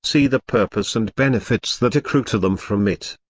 see the purpose and benefits that accrue to them from it.